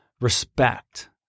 respect